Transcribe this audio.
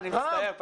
אני מצטער,